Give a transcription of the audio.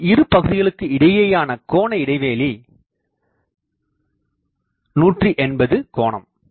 இந்த இரு பகுதிகளுக்கு இடையேயான கோணஇடைவெளி 180 கோணம்